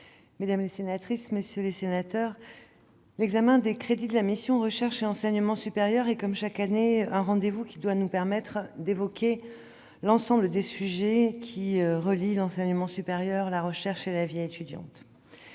avis, mesdames, messieurs les sénateurs, l'examen des crédits de la mission « Recherche et enseignement supérieur » est, comme chaque année, un rendez-vous qui doit nous permettre d'évoquer l'ensemble des sujets qui relient l'enseignement supérieur, la recherche et la vie étudiante.